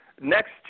next